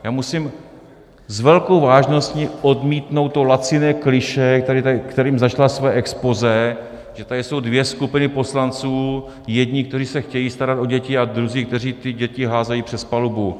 Já musím s velkou vážností odmítnout to laciné klišé, kterým začala svoje expozé, že tady jsou dvě skupiny poslanců jedni, kteří se chtějí starat o děti, a druzí, kteří ty děti házejí přes palubu.